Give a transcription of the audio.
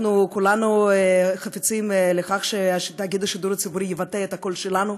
אנחנו כולנו חפצים בכך שתאגיד השידור הציבורי יבטא את הקול שלנו,